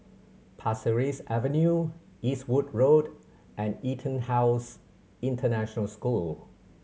Pasir Ris Avenue Eastwood Road and EtonHouse International School